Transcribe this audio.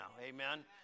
Amen